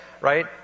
right